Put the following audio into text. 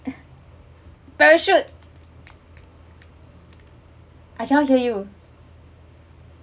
uh parachute I cannot hear you